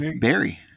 Barry